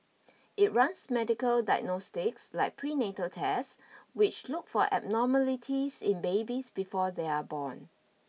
it runs medical diagnostics like prenatal tests which look for abnormalities in babies before they are born